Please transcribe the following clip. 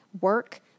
work